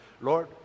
Lord